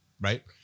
right